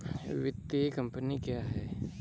वित्तीय कम्पनी क्या है?